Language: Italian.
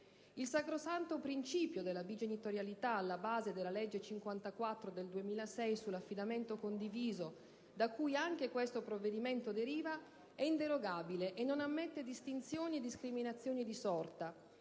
Il sacrosanto principio della bigenitorialità, alla base della legge n. 54 del 2006 sull'affidamento condiviso, da cui anche questo provvedimento deriva, è inderogabile e non ammette distinzioni e discriminazioni di sorta: